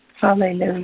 Hallelujah